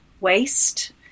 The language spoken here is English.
waste